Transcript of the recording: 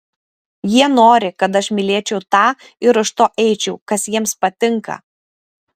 jie nori kad aš mylėčiau tą ir už to eičiau kas jiems patinka